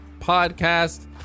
podcast